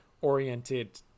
oriented